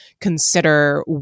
consider